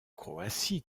croatie